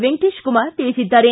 ವೆಂಕಟೇಶ ಕುಮಾರ ತಿಳಿಸಿದ್ದಾರೆ